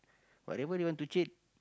whatever they want to cheat